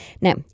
Now